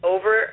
Over